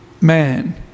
man